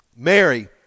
Mary